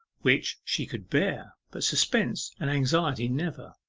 which she could bear, but suspense and anxiety never.